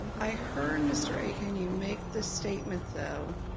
i heard, mr. aiken, you make the statement though